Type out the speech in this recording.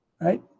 Right